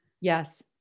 Yes